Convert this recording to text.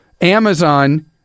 Amazon